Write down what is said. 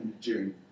June